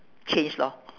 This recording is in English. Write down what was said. change lor